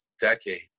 decade